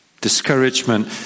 discouragement